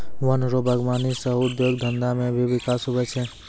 वन रो वागबानी सह उद्योग धंधा मे भी बिकास हुवै छै